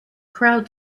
crowd